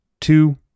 two